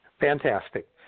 Fantastic